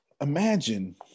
imagine